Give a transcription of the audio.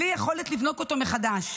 בלי יכולת לבנות אותו מחדש,